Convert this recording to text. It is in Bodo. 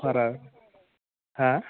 अफारा हा